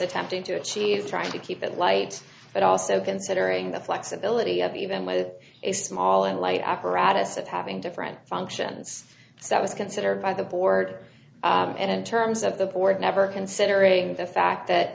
attempting to achieve trying to keep it light but also considering the flexibility of even with a small and light apparatus of having different functions that was considered by the board in terms of the board never considering the fact that